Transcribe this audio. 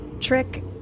Trick